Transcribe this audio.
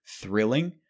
thrilling